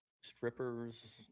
strippers